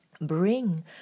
bring